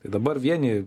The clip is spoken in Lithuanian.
tai dabar vieni